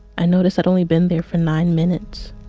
i noticed i'd only been there for nine minutes.